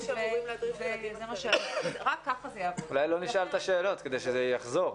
רק כך זה יעבוד.